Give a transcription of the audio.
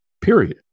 period